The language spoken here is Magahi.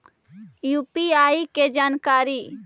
यु.पी.आई के जानकारी?